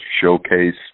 showcase